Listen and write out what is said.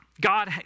God